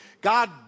God